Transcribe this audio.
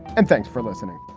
and thanks for listening